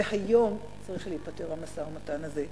והיום צריך להיפתר המשא-ומתן הזה.